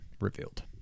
revealed